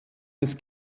des